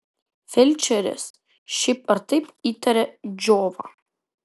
felčeris šiaip ar taip įtaria džiovą